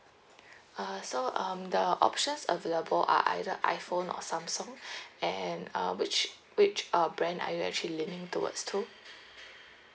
uh so um the options available are either iPhone or Samsung and uh which which uh brand are you actually leaning towards to